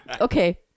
okay